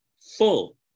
Full